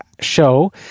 show